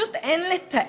פשוט אין לתאר,